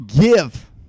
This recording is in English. Give